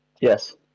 Yes